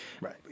Right